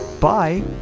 bye